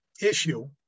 issue